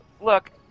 Look